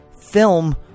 film